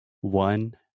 One